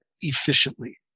efficiently